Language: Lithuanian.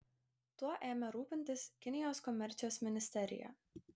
tuo ėmė rūpintis kinijos komercijos ministerija